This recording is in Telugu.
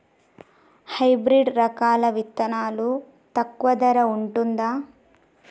హైబ్రిడ్ రకాల విత్తనాలు తక్కువ ధర ఉంటుందా?